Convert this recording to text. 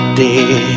day